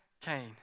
Cain